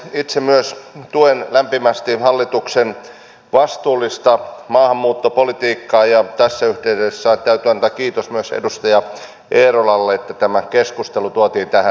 itse myös tuen lämpimästi hallituksen vastuullista maahanmuuttopolitiikkaa ja tässä yhteydessä täytyy antaa kiitos myös edustaja eerolalle että tämä keskustelu tuotiin tähän saliin